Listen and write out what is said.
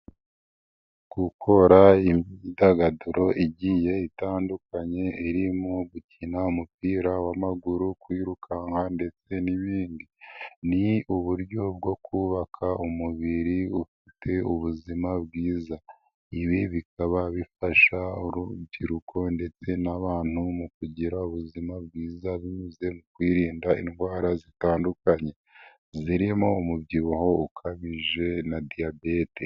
Gukora imyidagaduro igiye itandukanye, irimo gukina umupira w'amaguru, kwirukanka ndetse n'ibindi, ni uburyo bwo kubaka umubiri ufite ubuzima bwiza, ibi bikaba bifasha urubyiruko ndetse n'abantu mu kugira ubuzima bwiza binyuze mu kwirinda indwara zitandukanye, zirimo umubyibuho ukabije na Diyabete.